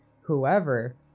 whoever